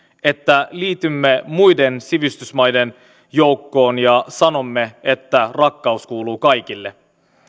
että liitymme muiden sivistysmaiden joukkoon ja sanomme että rakkaus kuuluu kaikille